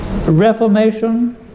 reformation